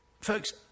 Folks